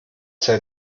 sei